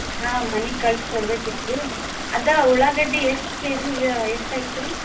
ಹಾಂ ಮನಿಗೆ ಕಳ್ಸ್ಕೊಡ್ಬೇಕಿತ್ತು ರೀ ಅದೇ ಉಳ್ಳಾಗಡ್ಡೆ ಎಷ್ಟು ಕೆಜಿಗೆ ಎಷ್ಟು ಐತೆ ರೀ